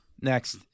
Next